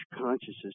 consciousness